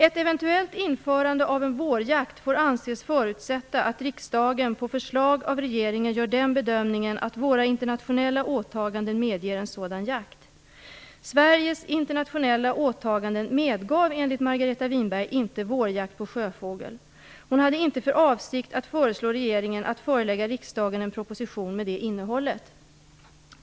Ett eventuellt införande av en vårjakt får anses förutsätta att riksdagen på förslag av regeringen gör den bedömningen att våra internationella åtaganden medger en sådan jakt. Sveriges internationella åtaganden medgav enligt Margareta Winberg inte vårjakt på sjöfågel. Hon hade inte för avsikt att föreslå regeringen att förelägga riksdagen en proposition med det innehållet.